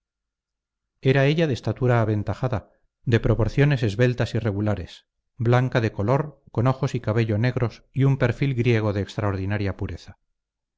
era ella de estatura aventajada de proporciones esbeltas y regulares blanca de color con ojos y cabello negros y un perfil griego de extraordinaria pureza